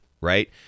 right